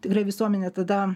tikrai visuomenė tada